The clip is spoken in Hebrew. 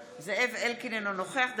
אינו נוכח זאב אלקין,